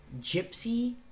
gypsy